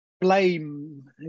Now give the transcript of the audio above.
blame